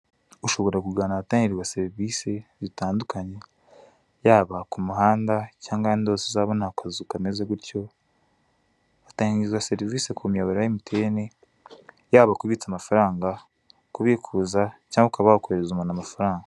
Ushobora kugana ahatangirwa serivisi zitandukanye, yaba ku muhanda cyangwa ahandi hose uzabona akazu kameze gutyo, hatangirwa serivisi ku miyoboro ya Emutiyene, yaba kubitsa amafaranga, kubikuza cyangwa ukaba wakoherereza umuntu amfaranga.